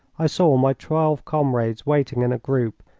i saw my twelve comrades waiting in a group,